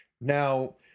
Now